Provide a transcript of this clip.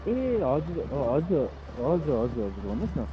ए हजुर हजुर हजुर हजुर हजुर भन्नुहोस् न